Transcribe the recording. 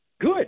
good